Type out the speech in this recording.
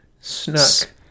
Snuck